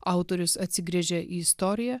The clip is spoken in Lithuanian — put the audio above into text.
autorius atsigręžė į istoriją